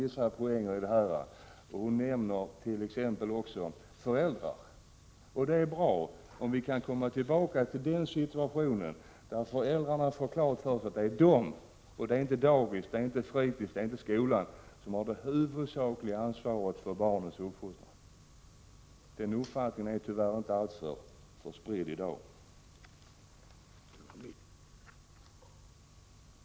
Statsrådet nämner t.ex. föräldrarnas roll. Det är bra om vi kan komma tillbaka till den situation där föräldrarna får klart för sig att det är de, inte dagis, inte fritids, inte skolan, som har det huvudsakliga ansvaret för barnens uppfostran. Den uppfattningen är tyvärr inte alls så spridd i dag.